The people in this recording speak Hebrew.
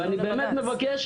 ואני באמת מבקש,